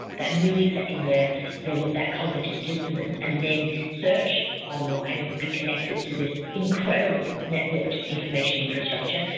that millisecond where there was that cognitive dissonance, and then search online and be connected to this incredible networked information infrastructure,